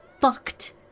fucked